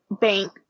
bank